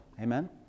Amen